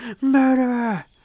Murderer